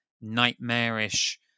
nightmarish